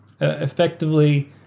effectively